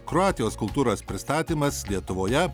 kroatijos kultūros pristatymas lietuvoje